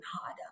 harder